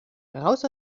raus